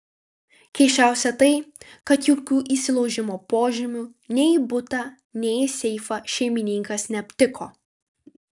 keisčiausia tai kad jokių įsilaužimo požymių nei į butą nei į seifą šeimininkas neaptiko